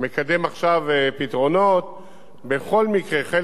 בכל מקרה, חלק מהדיון היה לגבי העיר רהט.